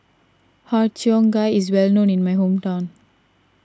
Har Cheong Gai is well known in my hometown